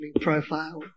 profile